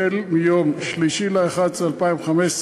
החל ביום 3 בנובמבר 2015,